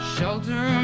Shelter